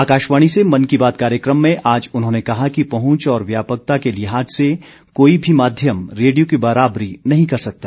आकाशवाणी से मन की बात कार्यक्रम में आज उन्होंने कहा कि पहुंच और व्यापकता के लिहाज से कोई भी माध्यम रेडियो की बराबरी नहीं कर सकता